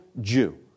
Jew